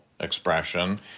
expression